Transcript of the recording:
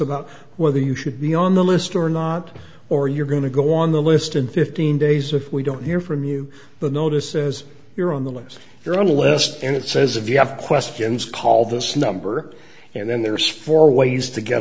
about whether you should be on the list or not or you're going to go on the list in fifteen days if we don't hear from you the notice says you're on the list you're on the list and it says if you have questions call this number and then there's four ways to get